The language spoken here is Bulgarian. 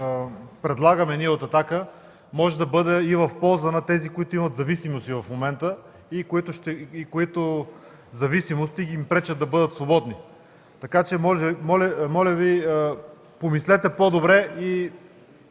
предлагаме ние от „Атака”, може да бъде и в полза на тези, които имат зависимости в момента и които им пречат да бъдат свободни, така че моля Ви, помислете по-добре и